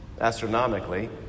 astronomically